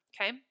okay